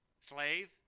slave